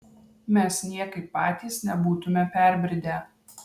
mes niekaip patys nebūtume perbridę